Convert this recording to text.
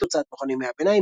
הוצאת מכון ימי-הביניים,